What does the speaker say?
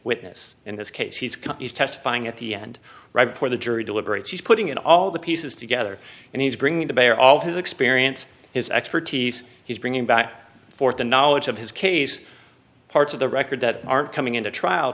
witness in this case he's got he's testifying at the end right before the jury deliberates he's putting in all the pieces together and he's bringing to bear all of his experience his expertise he's bringing back forth the knowledge of his case parts of the record that aren't coming into trial